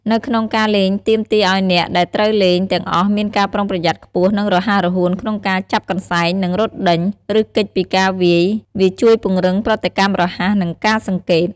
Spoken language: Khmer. នៅក្នុងការលេងទាមទារឱ្យអ្នកដែលត្រូវលេងទាំងអស់មានការប្រុងប្រយ័ត្នខ្ពស់ និងរហ័សរហួនក្នុងការចាប់កន្សែង និងរត់ដេញ ឬគេចពីការវាយ វាជួយពង្រឹងប្រតិកម្មរហ័ស និងការសង្កេត។